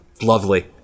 lovely